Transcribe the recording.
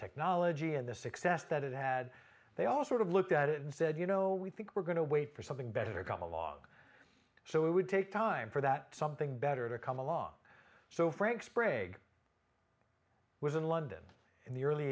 technology and the success that it had they all sort of looked at it and said you know we think we're going to wait for something better got a log so it would take time for that something better to come along so frank sprague i was in london in the